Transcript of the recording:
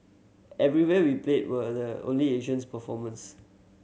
everywhere we played were the only Asians performers